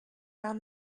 down